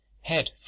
head